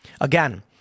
Again